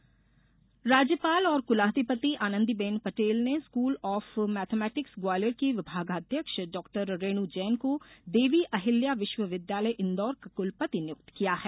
कुलपति राज्यपाल और कुलाधिपति आनंदीबेन पटेल ने स्कुल ऑफ मैथमेटिक्स ग्वालियर की विभागाध्यक्ष डाक्टर रेणु जैन को देवी अहिल्या विश्वविद्यालय इंदौर का कलपति नियुक्त किया है